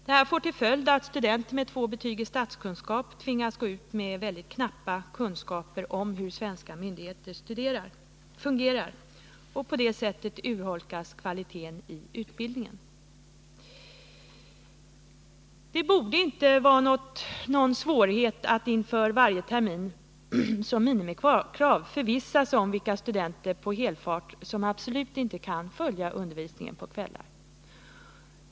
Detta får till följd att studenter med två betyg i statskunskap tvingas gå ut med väldigt knappa kunskaper om hur svenska myndigheter fungerar. På detta vis urholkas kvaliteten i utbildningen. Det borde inte vara någon svårighet att inför varje termin förvissa sig om vilka studenter på helfart som absolut inte kan följa undervisningen på kvällar.